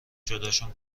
جداشون